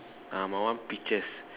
uh my one peaches